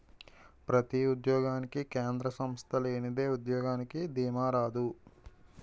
ప్రతి ఉద్యోగానికి కేంద్ర సంస్థ లేనిదే ఉద్యోగానికి దీమా రాదు